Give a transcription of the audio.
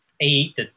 eight